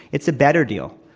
it's a better deal.